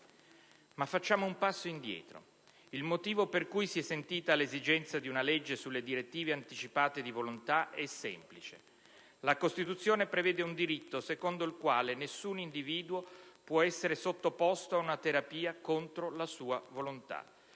Facciamo un passo indietro. Il motivo per cui si è sentita l'esigenza di una legge sulle direttive anticipate di volontà è semplice: la Costituzione sancisce un diritto in base al quale nessun individuo può essere sottoposto ad una terapia contro la sua volontà.